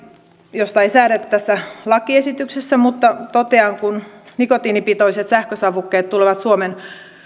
josta ei säädetty tässä lakiesityksessä mutta totean että kun nikotiinipitoiset sähkösavukkeet tulevat suomen